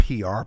PR